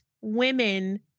women